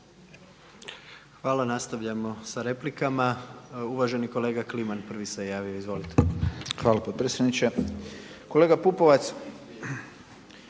Hvala nastavljamo sa replikama. Uvaženi kolega Kliman prvi se javio izvolite. **Kliman, Anton (HDZ)** Hvala potpredsjedniče. Kolega Pupovac,